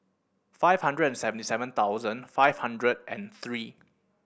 five hundred and seventy seven thousand five hundred and three